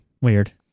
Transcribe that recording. Weird